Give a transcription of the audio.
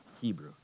Hebrew